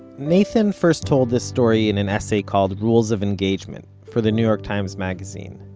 nathan first told this story in an essay called rules of engagement, for the new york times magazine.